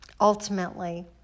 Ultimately